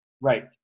Right